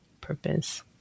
purpose